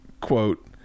quote